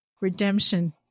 redemption